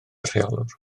rheolwr